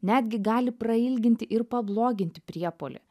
netgi gali prailginti ir pabloginti priepuolį